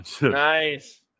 nice